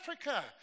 Africa